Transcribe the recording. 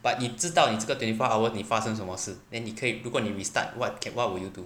but 你知道你这个 twenty four hour 你发生什么事 then 你可以如果你 restart what ca~ what would you do